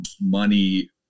money